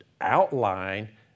outline